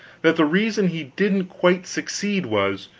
that the reason he didn't quite succeed was,